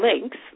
links